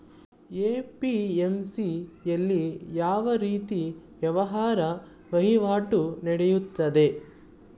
APMC ಯಲ್ಲಿ ಯಾವ ರೀತಿ ವ್ಯಾಪಾರ ವಹಿವಾಟು ನೆಡೆಯುತ್ತದೆ?